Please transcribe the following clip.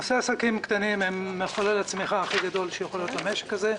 נושא העסקים הקטנים הם מחולל הצמיחה הכי גדול שיכול להיות למשק הזה.